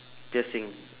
piercing